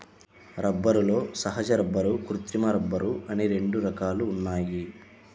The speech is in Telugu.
రబ్బరులో సహజ రబ్బరు, కృత్రిమ రబ్బరు అని రెండు రకాలు ఉన్నాయి